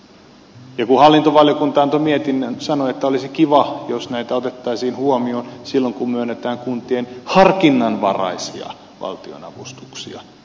ja kun hallintovaliokunta antoi mietinnön sanoin että olisi kiva jos näitä otettaisiin huomioon silloin kun myönnetään kuntien harkinnanvaraisia valtionavustuksia ja niin edelleen